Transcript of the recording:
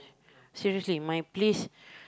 seriously my place